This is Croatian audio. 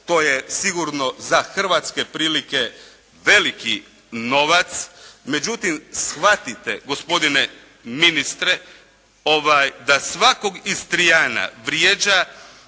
to je sigurno za hrvatske prilike veliki novac. Međutim shvatite gospodine ministre, da svakog Istrijana vrijeđa